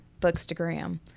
Bookstagram